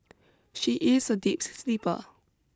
she is a deep sleeper